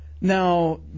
Now